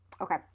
Okay